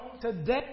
today